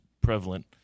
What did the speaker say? prevalent